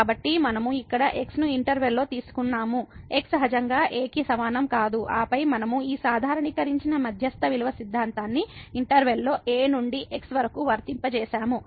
కాబట్టి మనము ఇక్కడ x ను ఇంటర్వెల్ లో తీసుకున్నాము x సహజంగా a కి సమానం కాదు ఆపై మనము ఈ సాధారణీకరించిన మధ్యస్థ విలువ సిద్ధాంతాన్ని ఇంటర్వెల్ లో a నుండి x వరకు వర్తింపజేసాము